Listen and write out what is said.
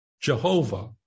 Jehovah